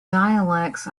dialects